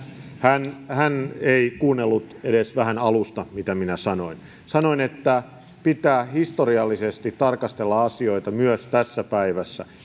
hän hän ei kuunnellut edes vähän alusta mitä minä sanoin sanoin että pitää historiallisesti tarkastella asioita myös tässä päivässä